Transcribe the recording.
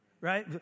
Right